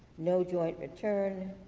no joint return,